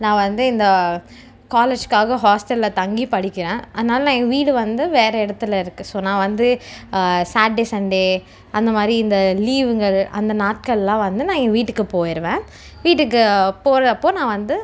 நான் வந்து இந்த காலேஜ்காக ஹாஸ்டலில் தங்கி படிக்கிறேன் அதனால நான் எங்கள் வீடு வந்து வேறு இடத்துல இருக்கு ஸோ நான் வந்து சாட்ர்டே சண்டே அந்தமாதிரி இந்த லீவுங்கிற அந்த நாட்கள் எல்லாம் வந்து நான் என் வீட்டுக்கு போயிருவேன் வீட்டுக்கு போறப்போ நான் வந்து